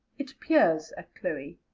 it peers at chloe,